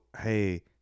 Hey